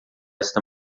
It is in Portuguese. esta